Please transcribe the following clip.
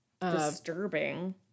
Disturbing